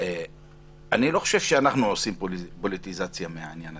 אני לא חושב שאנחנו עושים פוליטיזציה מהעניין הזה.